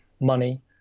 money